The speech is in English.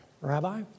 Rabbi